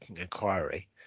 inquiry